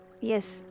Yes